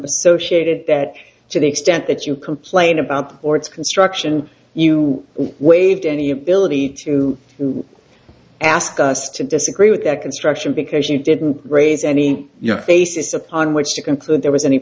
associated that to the extent that you complain about or its construction you waived any ability to would ask us to disagree with that construction because you didn't raise any in your face upon which to conclude there was any